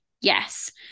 Yes